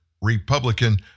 Republican